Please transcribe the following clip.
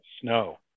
snow